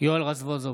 יואל רזבוזוב,